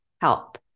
help